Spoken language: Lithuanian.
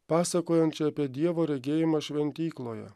pasakojančią apie dievo regėjimą šventykloje